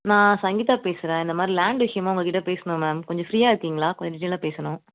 நான் சங்கீதா பேசுகிறேன் இந்தமாதிரி லேண்ட் விஷயமாக உங்கள் கிட்டே பேசணும் மேம் கொஞ்சம் ஃப்ரியாக இருக்கீங்களா கொஞ்சம் டீடெய்ல்லாக பேசணும்